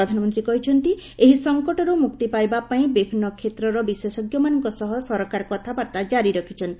ପ୍ରଧାନମନ୍ତ୍ରୀ କହିଛନ୍ତି ଏହି ସଙ୍କଟରୁ ମୁକ୍ତି ପାଇବା ପାଇଁ ବିଭିନ୍ନ କ୍ଷେତ୍ରର ବିଶେଷଜ୍ଞମାନଙ୍କ ସହ ସରକାର କଥାବାର୍ତ୍ତା ଜାରି ରଖିଛନ୍ତି